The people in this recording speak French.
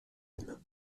aime